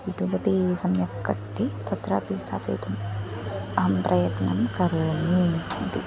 YouTube अपि सम्यक् अस्ति तत्रापि स्थापयितुम् अहं प्रयत्नं करोमि इति